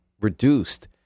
reduced